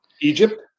Egypt